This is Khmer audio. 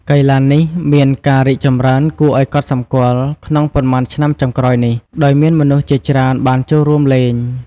កីឡានេះមានការរីកចម្រើនគួរឲ្យកត់សម្គាល់ក្នុងប៉ុន្មានឆ្នាំចុងក្រោយនេះ ដោយមានមនុស្សជាច្រើនបានចូលរួមលេង។